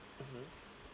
mmhmm